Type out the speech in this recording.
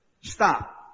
stop